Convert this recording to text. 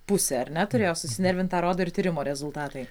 pusė arne turėjo susinervint tą rodo ir tyrimo rezultatai